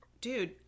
dude